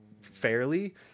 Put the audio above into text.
fairly